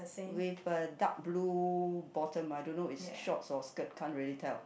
with a dark blue bottom I don't know it's a shorts or skirt can't really tell